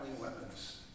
weapons